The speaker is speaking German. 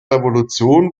revolution